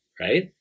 right